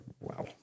wow